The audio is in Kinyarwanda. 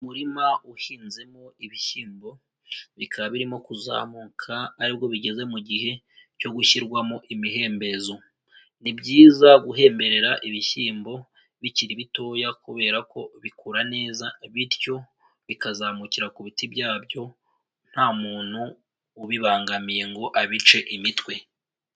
Umurima uhinzemo ibishyimbo bikaba birimo kuzamuka aribwo bigeze mu gihe cyo gushyirwamo imihembezo. Ni byiza guhemberera ibishyimbo bikiri bitoya kubera ko bikura neza bityo bikazamukira ku biti byabyo nta muntu ubibangamiye ngo abice imitwe.